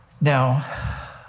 Now